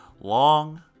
Long